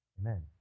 Amen